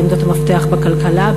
בעמדות המפתח בכלכלה,